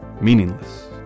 meaningless